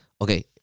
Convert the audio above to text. Okay